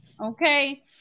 Okay